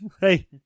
hey